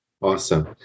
awesome